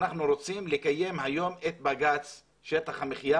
אנחנו רוצים לקיים היום את בג"צ שטח המחיה